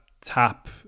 tap